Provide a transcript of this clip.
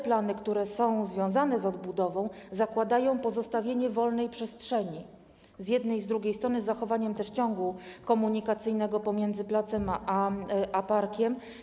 Plany, które są związane z odbudową, zakładają pozostawienie wolnej przestrzeni z jednej i z drugiej strony, z zachowaniem ciągu komunikacyjnego pomiędzy placem a parkiem.